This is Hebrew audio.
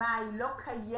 אם בעלי תו